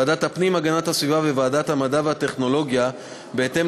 ועדת הפנים והגנת הסביבה וועדת המדע והטכנולוגיה בהתאם